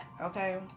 okay